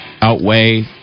outweigh